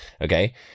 okay